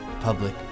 Public